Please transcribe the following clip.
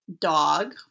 dog